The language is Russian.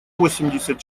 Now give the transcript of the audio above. восемьдесят